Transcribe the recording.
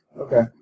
Okay